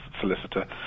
solicitor